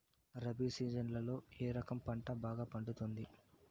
రబి సీజన్లలో ఏ రకం పంట బాగా పండుతుంది